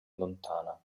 lontana